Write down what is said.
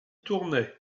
tournai